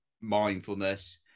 mindfulness